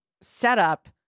setup